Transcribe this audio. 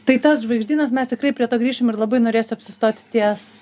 tai tas žvaigždynas mes tikrai prie to grįšim ir labai norėsiu apsistoti ties